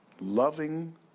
loving